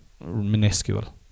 minuscule